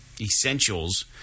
essentials